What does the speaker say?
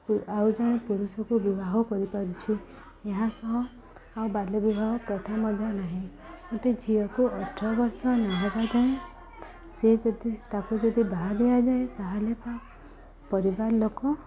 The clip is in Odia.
ଆଉ ଜଣେ ପୁରୁଷକୁ ବିବାହ କରିପାରୁଛି ଏହା ସହ ଆଉ ବାଲ୍ୟବିବାହ ପ୍ରଥା ମଧ୍ୟ ନାହିଁ ଗୋଟେ ଝିଅକୁ ଅଠର ବର୍ଷ ନ ହେବା ଯାଏଁ ସେ ଯଦି ତାକୁ ଯଦି ବାହା ଦିଆଯାଏ ତା'ହେଲେ ତା' ପରିବାର ଲୋକ